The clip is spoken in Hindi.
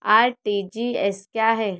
आर.टी.जी.एस क्या है?